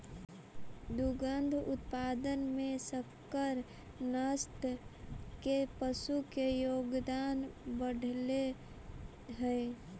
दुग्ध उत्पादन में संकर नस्ल के पशु के योगदान बढ़ले हइ